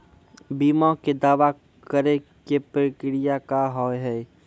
बीमा के दावा करे के प्रक्रिया का हाव हई?